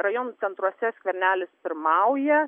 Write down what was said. rajonų centruose skvernelis pirmauja